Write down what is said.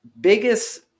biggest